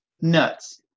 nuts